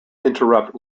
interrupt